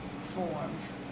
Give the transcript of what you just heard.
Forms